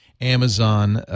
Amazon